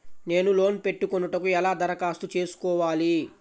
నేను లోన్ పెట్టుకొనుటకు ఎలా దరఖాస్తు చేసుకోవాలి?